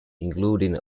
including